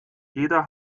jeder